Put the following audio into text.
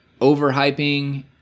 overhyping